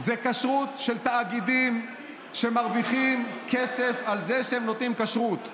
זאת כשרות של תאגידים שמרוויחים כסף על זה שהם נותנים כשרות.